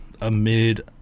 Amid